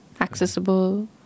Accessible